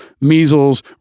measles